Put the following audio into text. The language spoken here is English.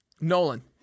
Nolan